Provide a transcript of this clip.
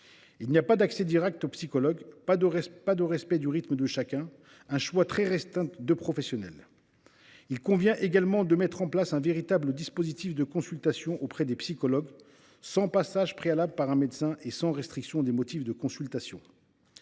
Il n’y a ni accès direct aux psychologues ni respect du rythme de chacun, et le choix de professionnels est très restreint. Il convient également de mettre en place un véritable dispositif de consultation auprès des psychologues, sans passage préalable par un médecin et sans restriction des motifs de consultation.